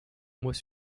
mois